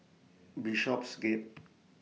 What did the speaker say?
Bishopsgate